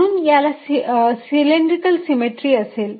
म्हणून याला cylindrical symmetry असेल